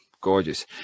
gorgeous